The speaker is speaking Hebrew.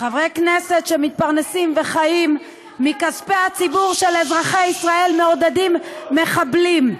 חברי כנסת שמתפרנסים וחיים מכספי הציבור של אזרחי ישראל מעודדים מחבלים.